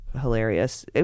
hilarious